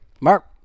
mark